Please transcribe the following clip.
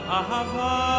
ahava